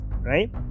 right